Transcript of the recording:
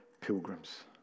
pilgrims